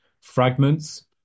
fragments